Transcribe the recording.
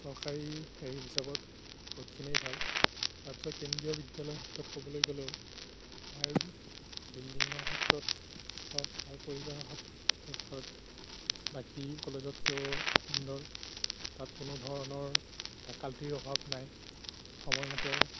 চৰকাৰী হেৰি হিচাপত বহুত খিনিয়েই ভাল তাৰপাছত কেন্দ্ৰীয় বিদ্যালয়ৰ ক্ষেত্ৰত ক'বলৈ গ'লেও তাৰ বিল্ডিঙৰ ক্ষেত্ৰত হওক তাৰ পৰিবেশৰ ক্ষেত্ৰত হওক বাকী কলেজতকৈও সুন্দৰ তাত কোনো ধৰণৰ ফেকাল্টিৰ অভাৱ নাই সময়মতে